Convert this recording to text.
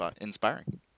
inspiring